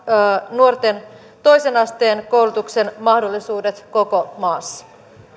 nuorten toisen asteen koulutuksen mahdollisuudet koko maassa